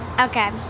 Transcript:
Okay